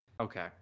Okay